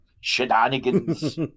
shenanigans